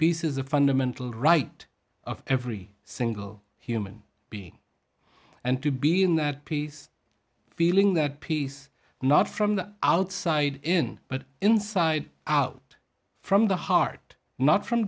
is a fundamental right of every single human being and to be in that piece feeling that piece not from the outside in but inside out from the heart not from